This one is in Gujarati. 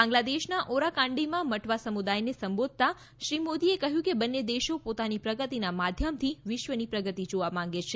બાંગ્લાદેશના ઓરાકાંડીમાં મટવા સમુદાયને સંબોધનમાં શ્રી મોદીએ કહ્યું કે બંને દેશો પોતાની પ્રગતિના માધ્યમથી વિશ્વના પ્રગતિ જોવા માગે છે